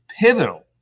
pivotal